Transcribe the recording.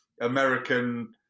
American